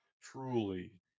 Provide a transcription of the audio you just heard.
truly